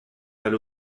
aller